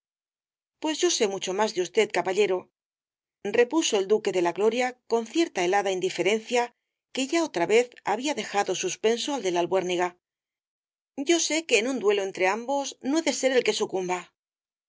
pues yo sé mucho más de usted caballero repuso el duque de la gloria con cierta helada indiferencia que ya otra vez había dejado suspenso al de la albuérniga yo sé que en un duelo entre ambos no he de ser el que sucumba